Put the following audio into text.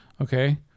okay